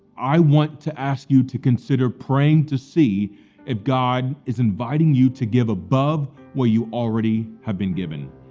i want to ask you to consider praying to see if god is inviting you to give above where you already have been given,